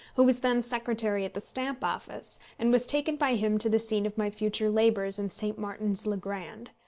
who was then secretary at the stamp office, and was taken by him to the scene of my future labours in st. martin's le grand.